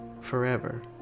forever